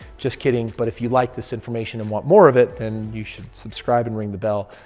just kidding. but if you like this information and want more of it, then you should subscribe and ring the bell.